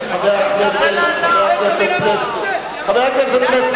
חבר הכנסת פלסנר,